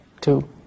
two